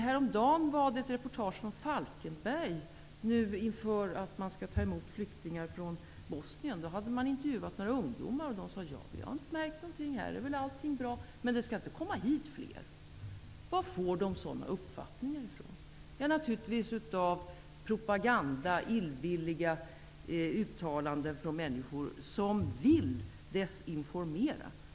Häromdagen var det ett reportage från Falkenberg inför ett mottagande av flyktingar från Bosnien. Man hade intervjuat några ungdomar som sade att de inte hade märkt något och att allt väl var bra. Samtidigt sade de att det inte skall komma hit fler flyktingar. Varifrån får de sådana uppfattningar? Jo, naturligtvis av propaganda och illvilliga uttalanden från människor som vill desinformera.